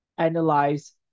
analyze